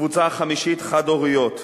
קבוצה חמישית, חד-הוריות,